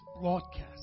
broadcast